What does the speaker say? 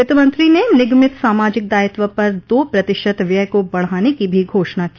वित्तमंत्री ने निगमित सामाजिक दायित्व पर दो प्रतिशत व्यय को बढ़ाने की भी घोषणा की